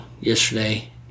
yesterday